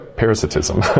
Parasitism